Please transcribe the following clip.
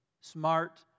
smart